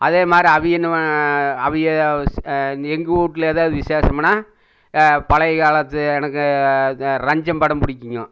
அதே மாதிரி அவய என்னவ அவய எங்கள் வீட்ல எதாவது விசேஷம்னால் பழைய காலத்து எனக்கு ரஞ்சம் படம் பிடிக்கங்கோ